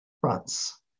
fronts